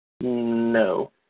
No